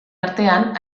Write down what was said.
artean